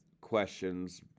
questions